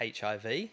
HIV